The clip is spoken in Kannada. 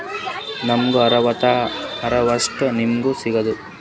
ನಮ್ ಗ ಅರವತ್ತ ವರ್ಷಾತು ವಿಮಾ ಸಿಗ್ತದಾ?